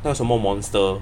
那什么 monster